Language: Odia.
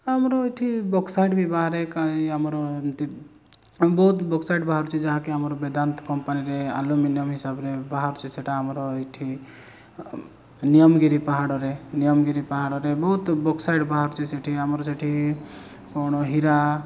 ଆମର ଏଠି ବକ୍ସାଇଟ୍ ବି ବାହାରେ କାଇଁ ଆମର ଏମିତି ବହୁତ ବକ୍ସାଇଟ୍ ବାହାରୁଛି ଯାହାକି ଆମର ବେଦାନ୍ତ କମ୍ପାନୀରେ ଆଲୁମିନିୟମ ହିସାବରେ ବାହାରୁଛି ସେଟା ଆମର ଏଠି ନିୟମଗିରି ପାହାଡ଼ରେ ନିୟମଗିରି ପାହାଡ଼ରେ ବହୁତ ବକ୍ସାଇଟ୍ ବାହାରୁଛି ସେଠି ଆମର ସେଠି କ'ଣ ହୀରା